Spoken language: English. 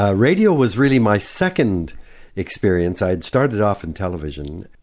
ah radio was really my second experience. i had started off in television.